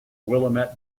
willamette